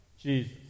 Jesus